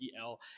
EL